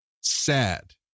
sad